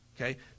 okay